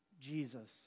Jesus